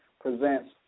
Presents